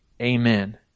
Amen